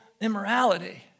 immorality